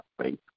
faith